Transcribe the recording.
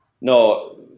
no